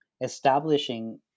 establishing